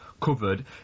covered